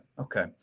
okay